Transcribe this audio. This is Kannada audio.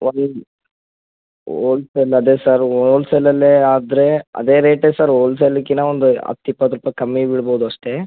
ಓಲ್ಸೇಲ್ ಅದೇ ಸರ್ ಓಲ್ಸೇಲಲ್ಲೆ ಆದರೆ ಅದೇ ರೇಟೆ ಸರ್ ಹೋಲ್ಸೆಲಿಕ್ಕಿಂತ ಒಂದು ಹತ್ತಿಪ್ಪತ್ತು ರೂಪಾಯಿ ಕಮ್ಮಿ ಬೀಳ್ಬೋದು ಅಷ್ಟೆ